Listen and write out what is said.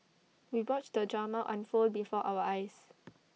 we watched the drama unfold before our eyes